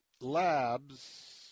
labs